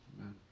Amen